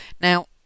now